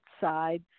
side